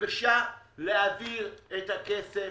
בבקשה להעביר את הכסף